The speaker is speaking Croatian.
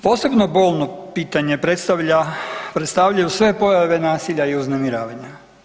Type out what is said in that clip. Posebno bolno pitanje predstavljaju sve pojave nasilja i uznemiravanja.